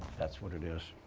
that's what it is.